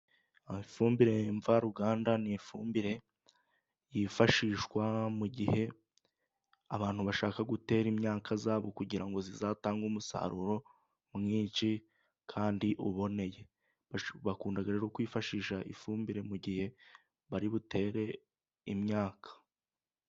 Ifumbire mvaruganda ni ifumbire yifashishwa mu gihe abantu bashaka gutera imyaka yabo, kugira ngo izatange umusaruro mwinshi kandi uboneye. Bakunda rero kwifashisha ifumbire mu gihe bari butere imyaka.